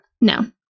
No